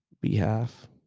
behalf